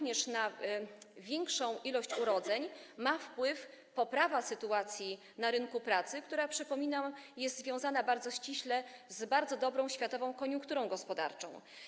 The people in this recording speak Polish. Na większą liczbę urodzeń ma wpływ również poprawa sytuacji na rynku pracy, która, przypominam, jest związana bardzo ściśle z bardzo dobrą światową koniunkturą gospodarczą.